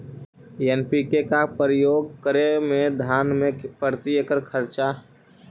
NPK का प्रयोग करे मे धान मे प्रती एकड़ खर्चा?